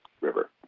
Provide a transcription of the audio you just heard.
River